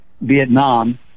vietnam